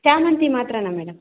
ಶಾಮಂತಿ ಮಾತ್ರನ ಮೇಡಮ್